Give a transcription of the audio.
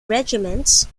regiments